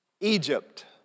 Egypt